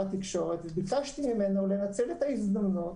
התקשורת וביקשתי ממנו לנצל את ההזדמנות